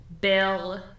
Bill